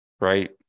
right